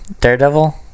Daredevil